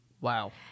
Wow